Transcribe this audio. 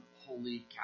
holy